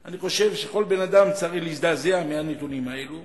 אני חושב שכל בן-אדם צריך להזדעזע מהנתונים האלו,